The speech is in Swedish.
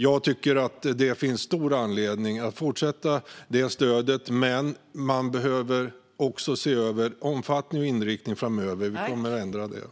Jag tycker att det finns stor anledning att fortsätta med detta stöd, men man behöver framöver också se över omfattning och inriktning. Vi kommer att ändra detta.